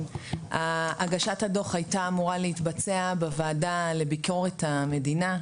הגשת הדו"ח הייתה אמורה להתבצע בוועדה לביקורת המדינה,